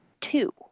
two